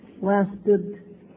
lasted